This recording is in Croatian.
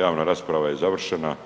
javna rasprava je završena